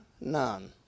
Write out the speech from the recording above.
none